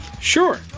Sure